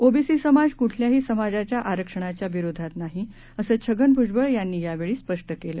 OBC समाज कुठल्याही समाजाच्या आरक्षणाच्या विरोधात नाही असं छगन भुजबळ यांनी यावेळी स्पष्ट केलं